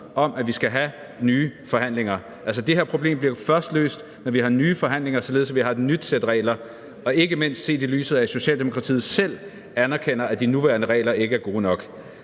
om, at vi skal have nye forhandlinger. Altså, det her problem bliver jo først løst, når vi har nye forhandlinger, således at vi har et nyt sæt regler, og ikke mindst set i lyset af, at Socialdemokratiet selv anerkender, at de nuværende regler ikke er gode nok.